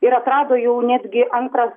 ir atrado jau netgi antrą